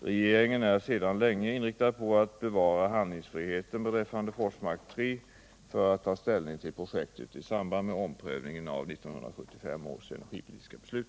Regeringen är sedan länge inriktad på att bevara handlingsfriheten beträffande Forsmark 3 för att ta ställning till projektet i samband med omprövningen av 1975 års energipolitiska beslut.